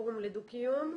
תודה.